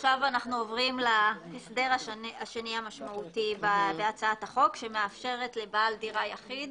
אנחנו עוברים להסדר השני המשמעותי בהצעת החוק שמאפשר לבעל דירה יחיד